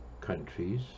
countries